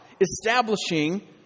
establishing